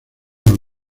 los